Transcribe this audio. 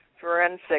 Forensic